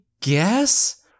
guess